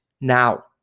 now